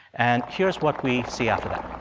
and here's what we see after that